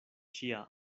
ŝia